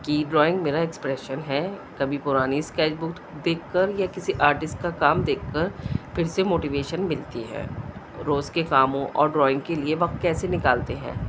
کہ ڈرائنگ میرا ایکسپریشن ہے کبھی پرانی اسکیچ بک دیکھ کر یا کسی آرٹسٹ کا کام دیکھ کر پھر سے موٹیویشن ملتی ہے روز کے کاموں اور ڈرائنگ کے لیے وقت کیسے نکالتے ہیں